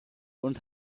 und